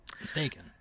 mistaken